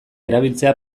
erabiltzea